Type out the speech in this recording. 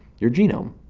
your genome.